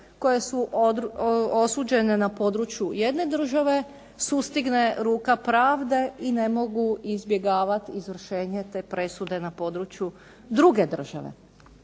koje su osuđene na području jedne države sustigne ruka pravde i ne mogu izbjegavati izvršenje presude na području druge države.